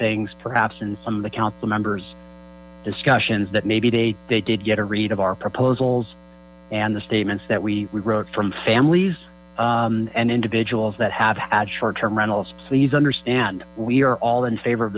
things perhaps in some of the council members discussions that maybe they did get a read of our proposals and the statements that we wrote from families and individuals that have had short term rentals please understand we are all in favor of